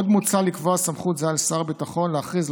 עוד מוצע לקבוע סמכות זהה לשר הביטחון להכריז,